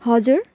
हजुर